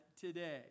today